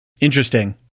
Interesting